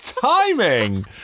timing